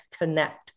connect